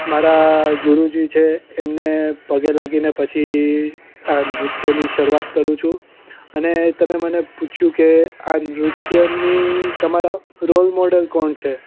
મારા ગુરુજી છે એમને પગે લાગીને પછી આ નૃત્યની શરૂઆત કરું છું અને તમે મને પૂછ્યું કે આ નૃત્યની તમારા રોલ મોડલ કોણ છે